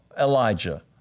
elijah